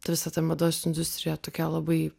ta visa ta mados industrija tokia labai